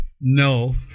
No